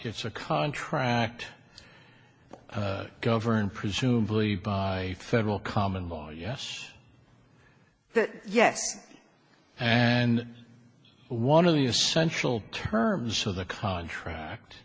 it's a contract governed presumably by a federal common law yes yes and one of the essential terms of the contract